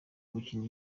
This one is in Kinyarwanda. gukina